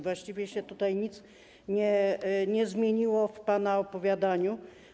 Właściwie tutaj nic się nie zmieniło w pana opowiadaniu.